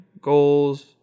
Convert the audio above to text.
goals